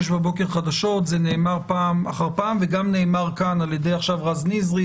רק שביום חמישי נתכנס פעם נוספת לאישור התקנות המעודכנות,